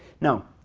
now